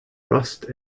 rust